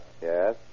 Yes